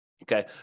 Okay